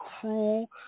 cruel